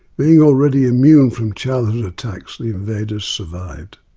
being already immune from childhood attacks, the invaders survived.